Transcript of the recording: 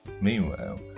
Meanwhile